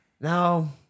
No